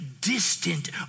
distant